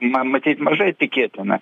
na matyt mažai tikėtina